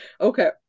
Okay